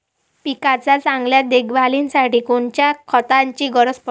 पिकाच्या चांगल्या देखभालीसाठी कोनकोनच्या खताची गरज पडते?